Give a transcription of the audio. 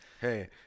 Hey